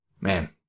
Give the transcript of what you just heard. Man